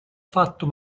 fatto